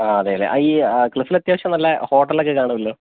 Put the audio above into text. ആ അതെ അല്ലേ ഈ ക്ലിഫിൽ അത്യാവശ്യം നല്ല ഹോട്ടൽ ഒക്കെ കാണുമല്ലോ